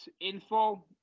info